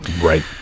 Right